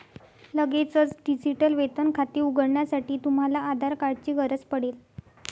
लगेचच डिजिटल वेतन खाते उघडण्यासाठी, तुम्हाला आधार कार्ड ची गरज पडेल